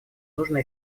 нужно